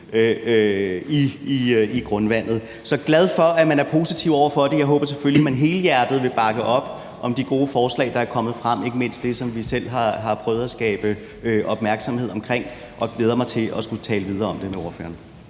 i grundvandet. Så jeg er glad for, at man er positiv over for det, og jeg håber selvfølgelig, at man helhjertet vil bakke op om de gode forslag, som er kommet frem, ikke mindst det, som vi selv har prøvet at skabe opmærksomhed omkring, og jeg glæder mig til at skulle tale videre om det med ordføreren.